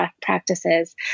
practices